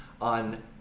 on